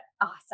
Awesome